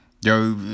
yo